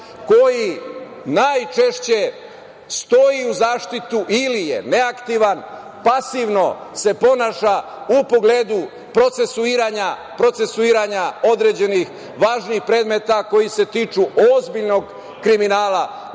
koji najčešće stoji u zaštitu ili je neaktivno, pasivno se ponaša u pogledu procesuiranja određenih važnih predmeta koji se tiče ozbiljnog kriminala na